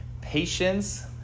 patience